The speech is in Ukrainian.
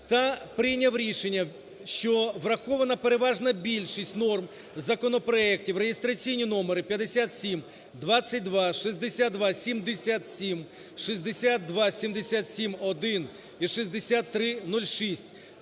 та прийняв рішення, що врахована переважна більшість норм законопроектів (реєстраційні номери 5722, 6277, 6277-1 і 6306).